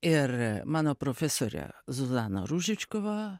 ir mano profesorė zuzana ružičkuva